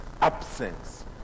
Absence